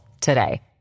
today